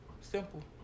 Simple